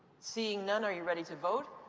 seeing none, are you ready to vote?